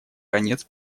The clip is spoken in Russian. конец